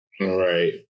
Right